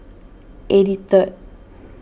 eighty third